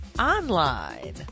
online